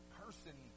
person